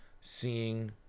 seeing